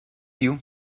you